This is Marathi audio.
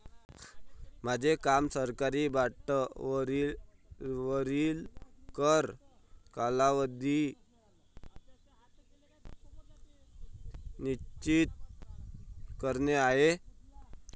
माझे काम सरकारी बाँडवरील कर कालावधी निश्चित करणे आहे